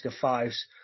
fives